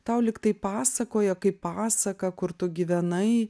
tau lyg tai pasakoja kaip pasaką kur tu gyvenai